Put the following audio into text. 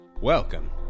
welcome